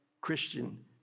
Christian